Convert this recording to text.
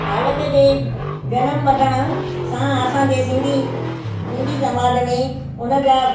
बालक जे जनमु वठण सां असांजे सिंधी सिंधी समाज में हुन जा